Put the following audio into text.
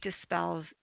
dispels